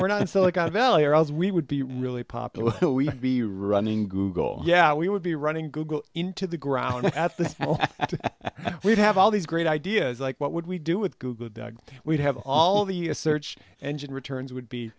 we're not in silicon valley or as we would be really popular will we be running google yeah we would be running google into the ground i think we'd have all these great ideas like what would we do with google we'd have all the search engine returns would be